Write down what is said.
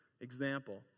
example